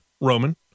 Roman